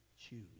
choose